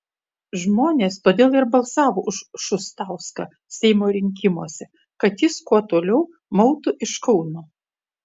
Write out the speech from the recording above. žmonės todėl ir balsavo už šustauską seimo rinkimuose kad jis kuo toliau mautų iš kauno